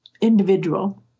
individual